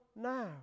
now